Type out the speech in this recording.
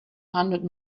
hundred